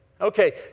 Okay